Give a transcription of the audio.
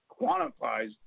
quantifies